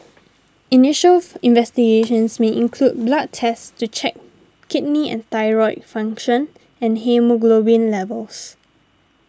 initials investigations may include blood tests to check kidney and thyroid function and haemoglobin levels